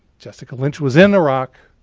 jessica lynch was in iraq.